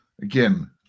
Again